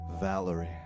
Valerie